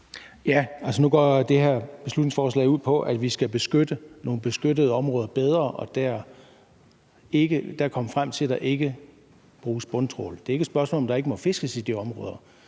går det her beslutningsforslag ud på, at vi skal beskytte nogle beskyttede områder bedre og dér komme frem til, at der ikke bruges bundtrawl. Det er ikke et spørgsmål om, at der ikke må fiskes i de områder,